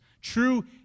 true